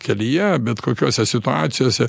kelyje bet kokiose situacijose